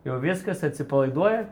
jau viskas atsipalaiduoja